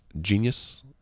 Genius